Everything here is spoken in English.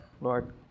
lord